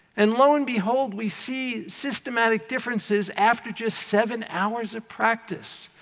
and lo and behold, we see systematic differences after just seven hours of practice.